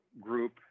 group